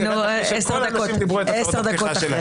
כל האנשים אמרו את הצהרות הפתיחה שלהם.